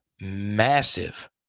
massive